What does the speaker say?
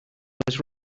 was